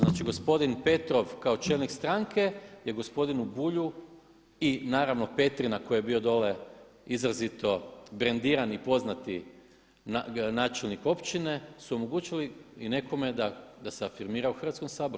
Znači gospodin Petrov kao čelnik stranke je gospodinu Bulju i naravno Petrina koji je bio dolje izrazito brendiran i poznati načelnik općine su omogućili nekome da se afirmira u Hrvatskom saboru.